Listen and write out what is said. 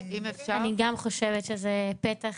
אני גם חושבת שזה פתח